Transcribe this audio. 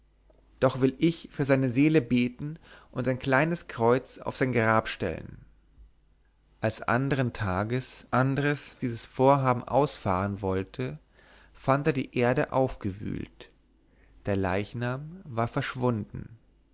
doch will ich für seine seele beten und ein kleines kreuz auf sein grab stellen als andern tages andres dieses vorhaben ausfahren wollte fand er die erde aufgewühlt der leichnam war verschwunden